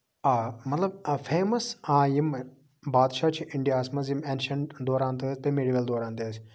آ مطلَب فیمس یِم بادشاہ چھِ اِنڈیا ہَس منٛز یِم اینشینٹ دوران تہِ ٲسۍ تہٕ مِڈیول دوران تہِ ٲسۍ